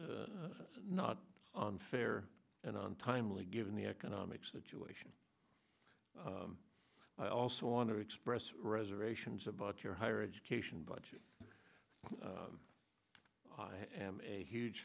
is not unfair and on timely given the economic situation i also want to express reservations about your higher education budget i am a huge